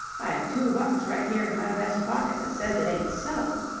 i've two bucks right here in my vest pocket that says it ain't so.